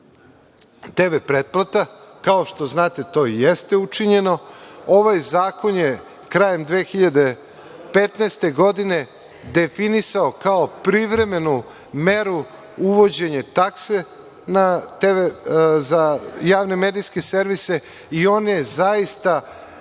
TV pretplata. Kao što znate, to i jeste učinjeno. Ovaj zakon je krajem 2015. godine definisao kao privremenu meru uvođenje takse za javne medijske servise i ona je zaista